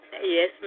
Yes